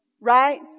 Right